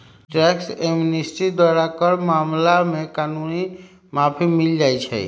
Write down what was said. tax amnesty द्वारा कर मामला में कानूनी माफी मिल जाइ छै